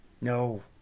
No